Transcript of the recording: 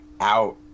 out